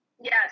Yes